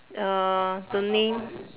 uh the name